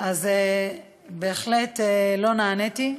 אז בהחלט לא נעניתי.